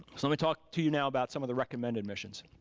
so let me talk to you now about some of the recommended missions.